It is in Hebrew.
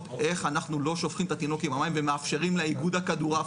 איך אנחנו לא שופכים את התינוק עם המים ומאפשרים לאיגוד הכדורעף,